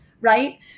Right